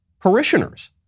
parishioners